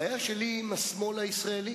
הבעיה שלי היא עם השמאל הישראלי,